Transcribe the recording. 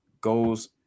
goes